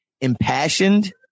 impassioned